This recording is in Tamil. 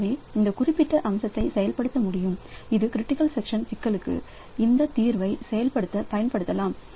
எனவே இந்த குறிப்பிட்ட அம்சத்தை செயல்படுத்த முடியும் இது கிரிட்டிக்கல் சக்சன் சிக்கலுக்கு இந்த தீர்வை செயல்படுத்த பயன்படுத்தலாம்